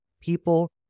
People